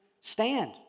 Stand